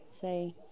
Say